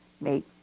make